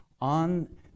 on